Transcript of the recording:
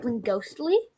ghostly